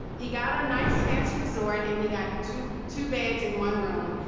he got a nice fancy resort and he got two two beds in one room.